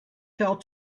fell